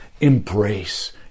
Embrace